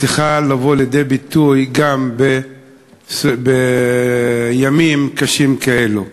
צריכה לבוא לידי ביטוי גם בימים קשים כאלה.